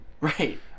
Right